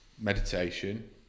meditation